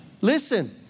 Listen